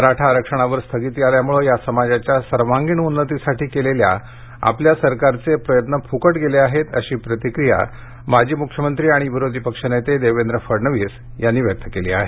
मराठा आरक्षणावर स्थगिती आल्यामुळे या समाजाच्या सर्वांगिण उन्नतीसाठी केलेल्या आपल्या सरकारचे प्रयत्न फुकट गेले आहेत अशी प्रतिक्रिया माजी मुख्यमंत्री आणि विरोधी पक्षनेते देवेंद्र फडणवीस यांनी व्यक्त केली आहे